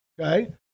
Okay